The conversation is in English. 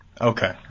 Okay